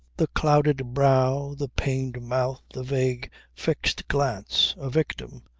the clouded brow, the pained mouth, the vague fixed glance! a victim.